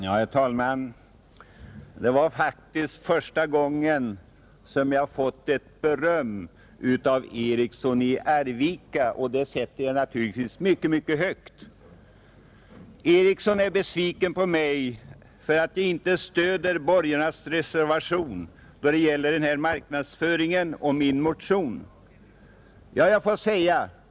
Herr talman! Detta är faktiskt första gången som jag fått beröm av herr Eriksson i Arvika — och det sätter jag naturligtvis mycket stort värde på. Herr Eriksson är besviken på mig för att jag inte stöder borgarnas reservation i anslutning till min motion angående marknadsföringen av produkter tillverkade inom stödområdet.